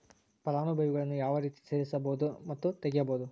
ಫಲಾನುಭವಿಗಳನ್ನು ಯಾವ ರೇತಿ ಸೇರಿಸಬಹುದು ಮತ್ತು ತೆಗೆಯಬಹುದು?